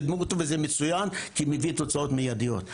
וקידמו אותו וזה מצוין כי מביא תוצאות מיידיות,